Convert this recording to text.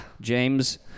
James